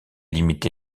limité